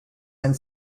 and